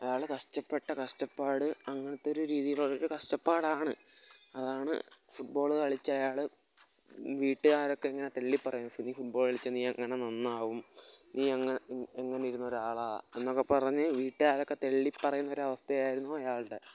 അയാൾ കഷ്ടപ്പെട്ട കഷ്ടപ്പാട് അങ്ങനത്തൊരു രീതിലുള്ളൊരു കഷ്ടപ്പാടാണ് അതാണ് ഫുട്ബോള് കളിച്ചയാൾ ഈ വീട്ടുകാരൊക്കെ ഇങ്ങനെ തള്ളിപ്പറയുകയാ ഇനി ഫുട്ബോള് കളിച്ചാൽ നീയെങ്ങനെ നന്നാവും നീ എങ്ങനെ എങ്ങനെയിരുന്നൊരാളാ എന്നൊക്കെ പറഞ്ഞ് വീട്ടുകാരൊക്കെ തള്ളിപ്പറയുന്നൊരവസ്ഥയായിരുന്നു അയാളുടെ